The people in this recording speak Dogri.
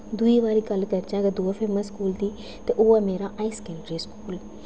दूई बारी गल्ल करचै अगर दूआ फेमस स्कूल दी ते ओह् ऐ मेरा हाई सकैंडरी स्कूल